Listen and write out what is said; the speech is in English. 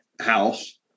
house